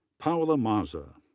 paola maza,